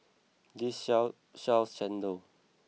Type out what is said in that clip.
this shop sells Chendol